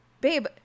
babe